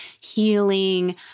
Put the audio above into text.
healing